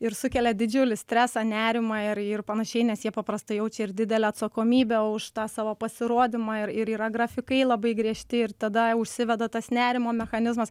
ir sukelia didžiulį stresą nerimą ir ir panašiai nes jie paprastai jaučia ir didelę atsakomybę už tą savo pasirodymą ir ir yra grafikai labai griežti ir tada užsiveda tas nerimo mechanizmas